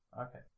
Okay